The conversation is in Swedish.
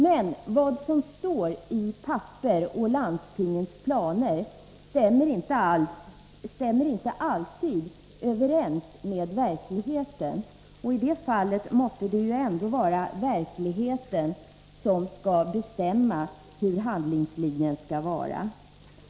Men vad som står i papper och i landstingens planer stämmer inte alltid överens med verkligheten, och i det fallet måste det ändå vara verkligheten som skall bestämma hur handlingslinjen skall vara.